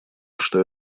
что